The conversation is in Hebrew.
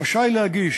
רשאי להגיש,